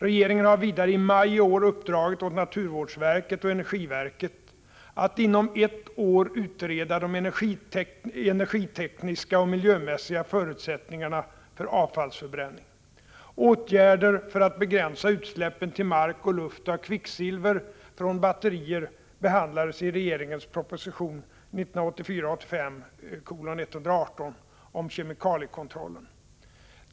Regeringen har vidare i maj i år uppdragit åt naturvårdsverket och energiverket att inom ett år utreda de energitekniska och miljömässiga förutsättningarna för avfallsförbränning. Åtgärder för att begränsa utsläppen till mark och luft av kvicksilver från batterier behandlades i regeringens proposition 1984/85:118 om kemikaliekontrollen.